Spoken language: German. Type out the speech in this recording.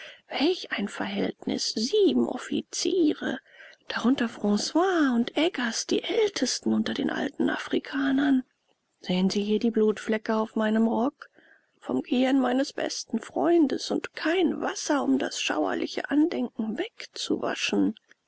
welch ein verhältnis sieben offiziere darunter franois und eggers die ältesten unter den alten afrikanern sehen sie hier die blutflecke auf meinem rock vom gehirn meines besten freundes und kein wasser um das schauerliche andenken wegzuwaschen